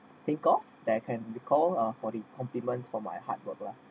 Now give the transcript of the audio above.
think of that I can call uh for the compliments for my hard work lah